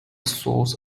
source